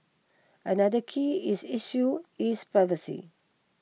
another key is issue is privacy